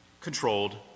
controlled